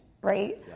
right